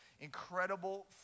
incredible